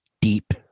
deep